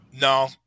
No